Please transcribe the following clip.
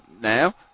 now